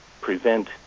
prevent